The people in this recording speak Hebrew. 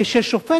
כששופט